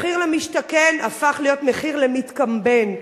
מחיר למשתכן הפך להיות מחיר למתקמבן.